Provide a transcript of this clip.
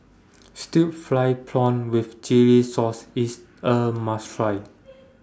Stir Fried Prawn with Chili Sauce IS A must Try